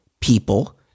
people